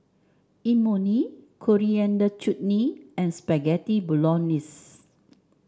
Imoni Coriander Chutney and Spaghetti Bolognese